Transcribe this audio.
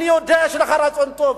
אני יודע שיש לך רצון טוב,